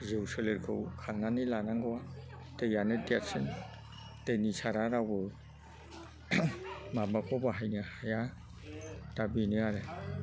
जिउ सोलेरखौ खांनानै लानांगौवा दैआनो देरसिन दैनि सारा रावबो माबाखौ बाहायनो हाया दा बेनो आरो